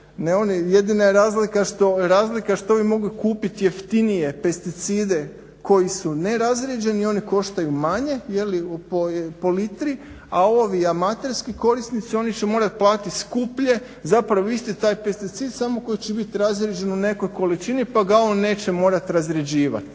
jedina je razlika što ovi mogu kupiti jeftinije pesticide koji su nerazrijeđeni i oni koštaju manje po litri, a ovi amaterski korisnici oni će morati platiti skuplje, zapravo vi ste taj pesticid samo koji će biti razrijeđen u nekoj količini pa ga on neće morati razrjeđivati.